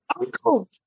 Uncle